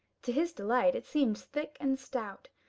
to his delight it seemed thick and stout.